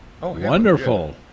Wonderful